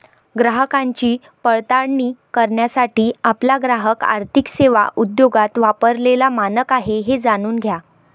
ग्राहकांची पडताळणी करण्यासाठी आपला ग्राहक आर्थिक सेवा उद्योगात वापरलेला मानक आहे हे जाणून घ्या